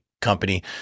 company